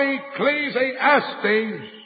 Ecclesiastes